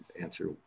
answer